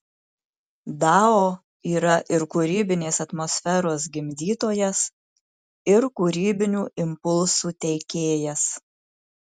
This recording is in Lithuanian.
dao yra ir kūrybinės atmosferos gimdytojas ir kūrybinių impulsų teikėjas